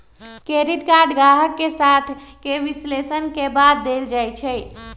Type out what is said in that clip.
credit card गाहक के साख के विश्लेषण के बाद देल जाइ छइ